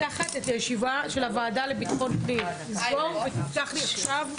הישיבה ננעלה בשעה 12:20.